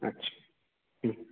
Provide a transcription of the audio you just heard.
আচ্ছা হুম